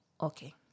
okay